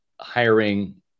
hiring